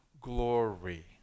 glory